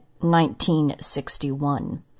1961